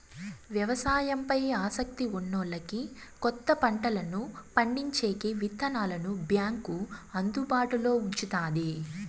వ్యవసాయం పై ఆసక్తి ఉన్నోల్లకి కొత్త పంటలను పండించేకి విత్తనాలను బ్యాంకు అందుబాటులో ఉంచుతాది